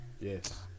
Yes